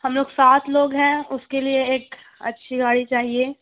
ہم لوگ سات لوگ ہیں اس کے لیے ایک اچھی گاڑی چاہیے